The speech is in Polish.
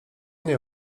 nie